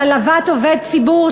העלבת עובד ציבור,